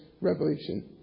revolution